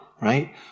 right